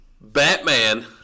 Batman